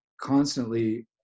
constantly